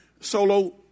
solo